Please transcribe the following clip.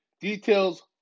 Details